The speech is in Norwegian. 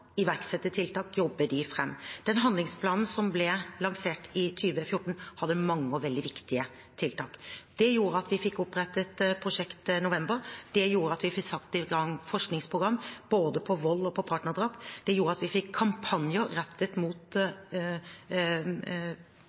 iverksette tiltak og jobbe dem fram. Den handlingsplanen som ble lansert i 2014, hadde mange og veldig viktige tiltak. Det gjorde at vi fikk opprettet Prosjekt November. Det gjorde at vi fikk satt i gang forskningsprogram, både på vold og på partnerdrap. Det gjorde at vi fikk kampanjer rettet mot